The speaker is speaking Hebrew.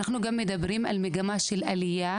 אנחנו גם מדברים על מגמה של עלייה